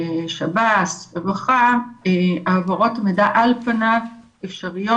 שב"ס ,רווחה העברות מידע על פניו אפשריות